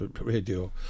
Radio